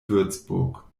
würzburg